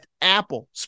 Apple